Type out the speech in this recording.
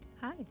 Hi